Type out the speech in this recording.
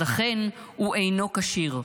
אז אכן הוא אינו כשיר.